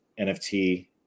NFT